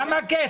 בכמה כסף מדובר?